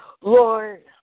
Lord